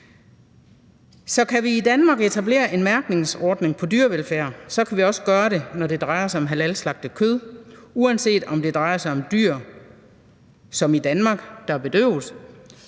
Kan vi i Danmark etablere en mærkningsordning på dyrevelfærd, kan vi også gøre det, når det drejer sig om halalslagtet kød, uanset om det drejer sig om dyr, der som i Danmark bedøves